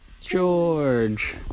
George